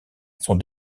sont